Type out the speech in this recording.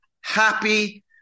happy